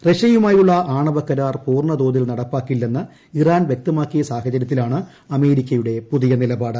റഷ്യയുമായുള്ള ആണവകരാർ പൂർണ തോതിൽ നടപ്പാക്കില്ലെന്ന് ഇറാൻ വൃക്തമാക്കിയ സാഹചരൃത്തിലാണ് അമേരിക്കയുടെ പുതിയ നിലപാട്